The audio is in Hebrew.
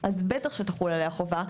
אז בטח שתחול עליה החובה.